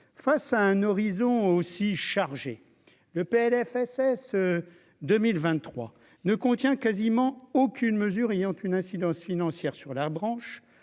face à un horizon aussi chargé le PLFSS 2023 ne contient quasiment aucune mesure ayant une incidence financière sur la branche,